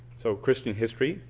so christian history,